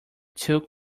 took